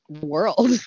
world